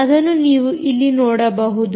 ಅದನ್ನು ನೀವು ಇಲ್ಲಿ ನೋಡಬಹುದು